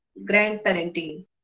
grandparenting